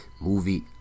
movie